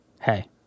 hey